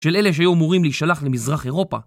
של אלה שהיו אמורים להישלח למזרח אירופה